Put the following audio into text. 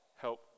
help